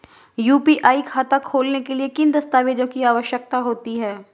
UPI खाता खोलने के लिए किन दस्तावेज़ों की आवश्यकता होती है?